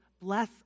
bless